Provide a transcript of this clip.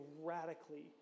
radically